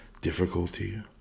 difficulty